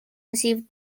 received